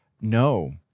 no